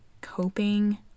coping